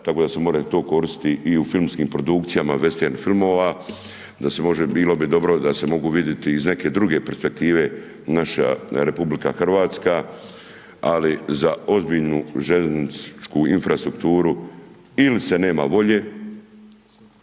tako da se more to koristiti i u filmskim produkcijama vestern filmova, da se može, bilo bi dobro da se mogu vidjeti iz neke druge perspektive naša RH, ali za ozbiljnu željezničku infrastrukturu il se nema volje,